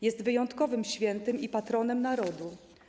Jest wyjątkowym świętym i patronem narodu.